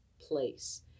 place